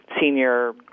senior